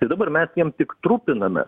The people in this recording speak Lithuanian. tai dabar mes jiem tik trupiname